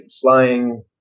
flying